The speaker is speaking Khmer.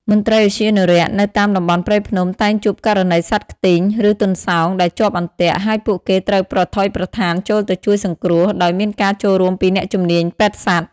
មន្ត្រីឧទ្យានុរក្សនៅតាមតំបន់ព្រៃភ្នំតែងជួបករណីសត្វខ្ទីង ឬទន្សោងដែលជាប់អន្ទាក់ ហើយពួកគេត្រូវប្រថុយប្រថានចូលទៅជួយសង្គ្រោះ ដោយមានការចូលរួមពីអ្នកជំនាញពេទ្យសត្វ។